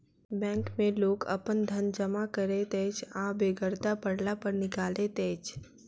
bank मे लोक अपन धन जमा करैत अछि आ बेगरता पड़ला पर निकालैत अछि